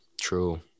true